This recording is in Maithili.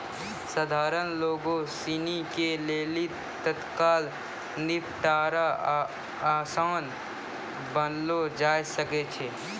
सधारण लोगो सिनी के लेली तत्काल निपटारा असान बनैलो जाय सकै छै